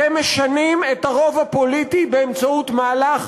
אתם משנים את הרוב הפוליטי באמצעות מהלך